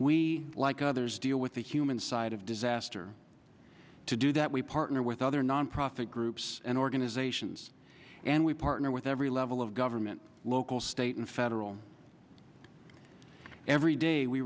we like others deal with the human side of disaster to do that we partner with other nonprofit groups and organizations and we partner with every level of government local state and federal every day we